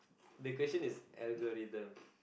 the question is algorithm